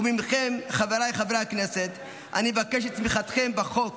ומכם, חבריי חברי הכנסת, אני מבקש את תמיכתכם בחוק